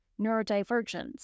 neurodivergence